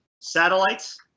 satellites